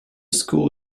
school